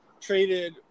traded